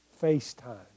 FaceTime